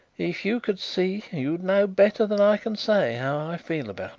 if you could see you'd know better than i can say how i feel about